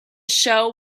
show